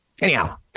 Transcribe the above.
Anyhow